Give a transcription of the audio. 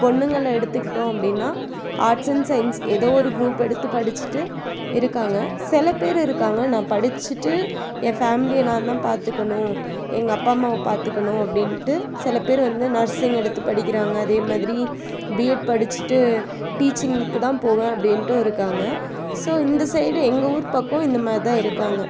பொண்ணுங்களை எடுத்துக்கிட்டோம் அப்படினா ஆர்ட் அண்ட் சயின்ஸ் ஏதோ ஒரு குரூப் எடுத்து படிச்சிவிட்டு இருக்காங்க சில பேர் இருக்காங்க நான் படிச்சிவிட்டு ஏன் ஃபேம்லியை நான் தான் பார்த்துக்கணும் எங்கள் அப்பா அம்மாவை பார்த்துக்கணும் அப்படின்ட்டு சில பேர் வந்து நர்சிங் எடுத்து படிக்கிறாங்க அதே மாதிரி பிஎட் படிச்சிவிட்டு டீச்சிங்க்கு தான் போவேன் அப்படின்ட்டும் இருக்காங்க ஸோ இந்த சைடு எங்கள் ஊர் பக்கம் இந்த மாதிரி தான் இருக்காங்க